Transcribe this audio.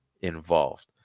involved